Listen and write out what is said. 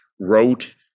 wrote